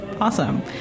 Awesome